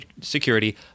security